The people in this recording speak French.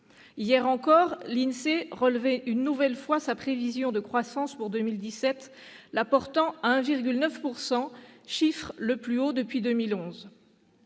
Hier encore, l'INSEE relevait une nouvelle fois sa prévision de croissance pour 2017, la portant à 1,9 %, chiffre le plus haut depuis 2011.